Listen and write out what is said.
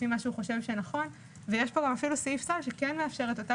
לפי מה שהוא חושב שנכון ויש כאן אפילו סעיף סל שכן מאפשר את אותה